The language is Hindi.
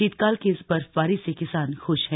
शीतकाल की इस बर्फबारी से किसान खुश हैं